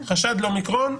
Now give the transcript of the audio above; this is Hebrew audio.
חשד ל-אומיקרון,